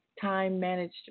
time-managed